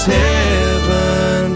heaven